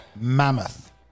Mammoth